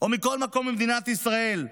או מכל מקום במדינת ישראל,